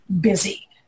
busy